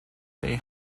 they